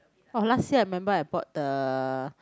oh last year I remember I bought the